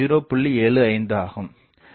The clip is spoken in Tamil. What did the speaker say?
75 ஆகும்